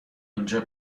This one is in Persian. اینجا